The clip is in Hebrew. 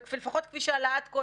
לפחות כפי שעלה עד כה,